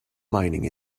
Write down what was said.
mining